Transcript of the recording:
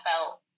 felt